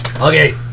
Okay